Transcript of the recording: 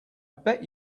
bet